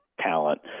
talent